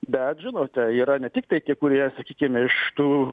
bet žinote yra ne tik penki kurie sakykim iš tų